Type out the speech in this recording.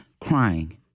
Crying